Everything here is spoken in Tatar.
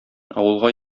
авылга